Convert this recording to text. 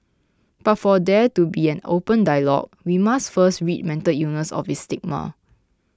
but for there to be an open dialogue we must first rid mental illness of its stigma